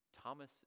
Thomas